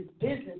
business